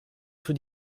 für